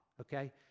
okay